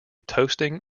toasting